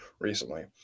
recently